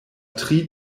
tri